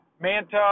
Manta